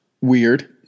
Weird